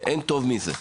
טוב מזה.